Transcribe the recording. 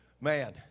Man